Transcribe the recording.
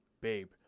babe